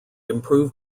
improve